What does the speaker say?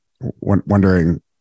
wondering